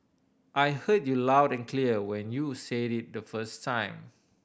I heard you loud and clear when you said it the first time